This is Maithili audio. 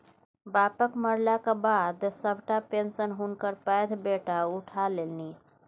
बापक मरलाक बाद सभटा पेशंन हुनकर पैघ बेटा उठा लेलनि